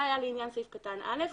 זה היה לעניין סעיף קטן (א),